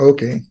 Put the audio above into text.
Okay